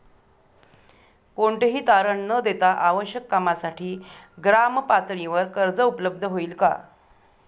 कोणतेही तारण न देता आवश्यक कामासाठी ग्रामपातळीवर कर्ज उपलब्ध होईल का?